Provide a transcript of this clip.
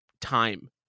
time